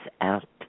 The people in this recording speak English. out